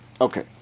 Okay